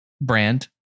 Brand